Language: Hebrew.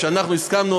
או שאנחנו הסכמנו,